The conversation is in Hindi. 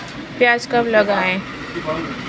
प्याज कब लगाएँ?